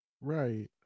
Right